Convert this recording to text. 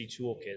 toolkit